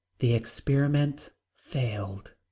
the experiment failed.